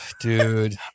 dude